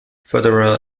federal